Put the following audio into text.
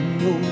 no